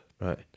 Right